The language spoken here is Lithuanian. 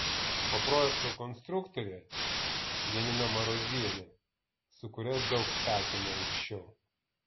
o projekto konstruktorė janina marozienė su kuria daug statėme anksčiau